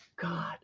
God